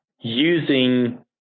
using